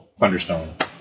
thunderstone